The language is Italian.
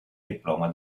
diploma